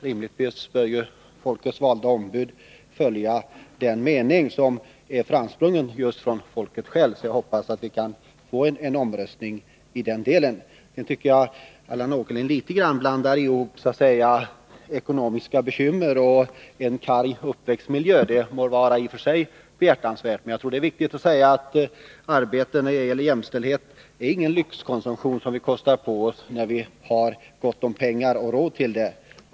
Rimligtvis bör folkets valda ombud följa den mening som är framsprungen ur folket självt. Jag hoppas alltså att vi kan få en omröstning i den delen. Sedan tycker jag Allan Åkerlind blandar ihop frågor om jämställdhet med ekonomiska bekymmer och en karg uppväxtmiljö. Det må vara i och för sig behjärtansvärt, men jag tror att det är viktigt att säga att arbetet på att uppnå jämställdhet är ingen lyxkonsumtion som vi kan kosta på oss när vi har gott om pengar.